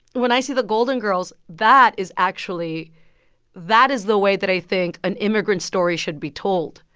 when i see the golden girls, that is actually that is the way that i think an immigrant story should be told.